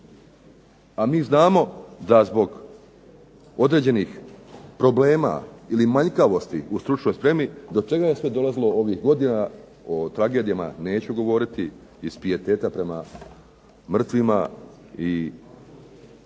a mi znamo da zbog određenih problema ili manjkavosti u stručnoj spremi do čega je sve dolazilo ovih godina, o tragedijama neću govoriti iz pijeteta prema mrtvima i onima